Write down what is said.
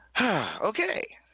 Okay